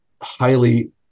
highly